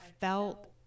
felt